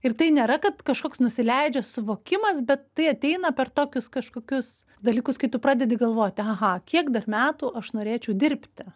ir tai nėra kad kažkoks nusileidžia suvokimas bet tai ateina per tokius kažkokius dalykus kai tu pradedi galvot aha kiek dar metų aš norėčiau dirbti